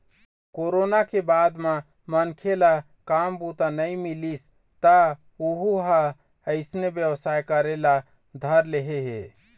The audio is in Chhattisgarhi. कोरोना के बाद म मनखे ल काम बूता नइ मिलिस त वहूँ ह अइसने बेवसाय करे ल धर ले हे